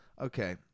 Okay